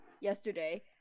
yesterday